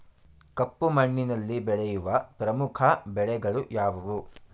ಕಪ್ಪು ಮಣ್ಣಿನಲ್ಲಿ ಬೆಳೆಯುವ ಪ್ರಮುಖ ಬೆಳೆಗಳು ಯಾವುವು?